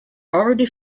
already